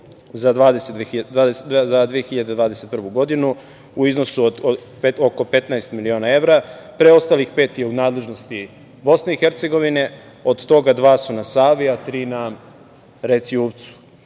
za 2021. godinu u iznosu oko 15 miliona evra, preostalih pet je u nadležnosti BiH, od toga dva su na Savi, a tri na reci